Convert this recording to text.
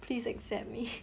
please accept me